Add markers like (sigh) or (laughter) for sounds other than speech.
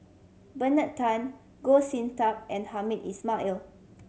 Bernard Tan Goh Sin Tub and Hamed (unintelligible)